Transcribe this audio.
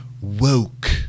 woke